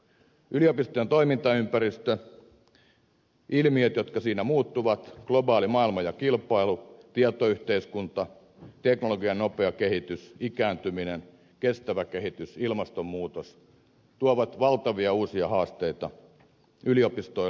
yliopistojen toimintaympäristö ilmiöt jotka siinä muuttuvat globaali maailma ja kilpailu tietoyhteiskunta teknologian nopea kehitys ikääntyminen kestävä kehitys ilmastonmuutos tuovat valtavia uusia haasteita yliopistoille